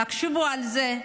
תקשיבו לזה.